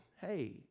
Hey